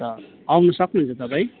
आउनु सक्नुहुन्छ तपाईँ